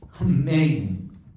amazing